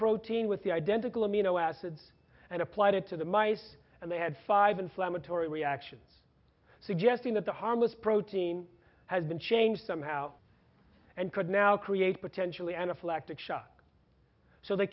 protein with the identical amino acids and applied it to the mice and they had five inflammatory reactions suggesting that the harmless protein has been changed somehow and could now create potentially anaphylaxis shock so they